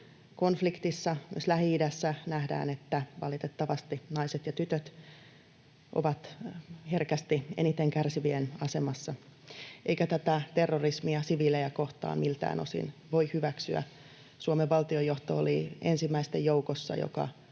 konfliktissa nähdään myös, että valitettavasti naiset ja tytöt ovat herkästi eniten kärsivien asemassa, eikä tätä terrorismia siviilejä kohtaan miltään osin voi hyväksyä. Suomen valtionjohto oli ensimmäisten joukossa, jotka